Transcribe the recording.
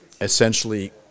essentially